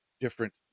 different